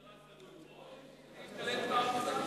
זה תלוי רק בו אם הוא ישתלב בעבודה?